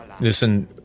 listen